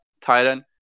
Titan